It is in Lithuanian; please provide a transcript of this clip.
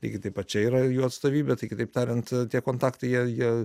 lygiai taip pat čia yra jų atstovybė tai kitaip tariant tie kontaktai jei jie